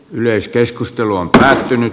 yleiskeskustelu on päätynyt